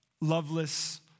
loveless